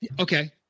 Okay